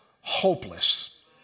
hopeless